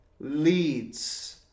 leads